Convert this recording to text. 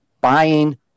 buying